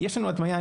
יש לנו הדמיה.